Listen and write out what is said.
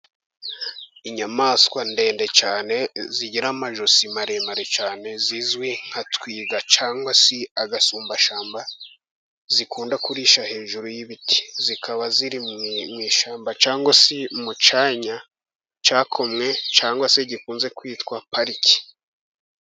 Inyamaswa ndende cyane zigira amajosi maremare cyane zizwi nka twiga, cyangwa se agasumbashyamba, zikunda kurisha hejuru y' ibiti, zikaba ziri mu ishyamba cyangwa se mu canya cakomwe cyangwa se gikunze kwitwa parike.